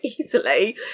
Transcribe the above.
easily